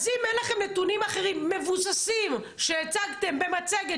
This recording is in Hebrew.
אז אם אין לכם נתונים אחרים מבוססים שהצגתם במצגת